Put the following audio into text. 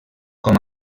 com